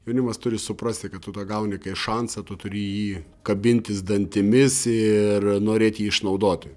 jaunimas turi suprasti kad tu tą gauni šansą tu turi į jį kabintis dantimis ir norėti jį išnaudoti